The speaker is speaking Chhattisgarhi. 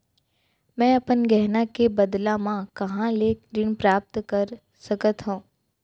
मै अपन गहना के बदला मा कहाँ ले ऋण प्राप्त कर सकत हव?